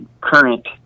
current